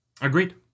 Agreed